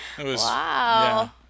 Wow